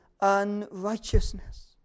unrighteousness